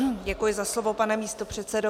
Děkuji za slovo, pane místopředsedo.